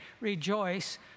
rejoice